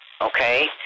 okay